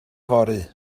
fory